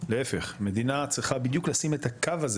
להיפך המדינה צריכה בדיוק לשים את הקו הזה